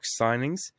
signings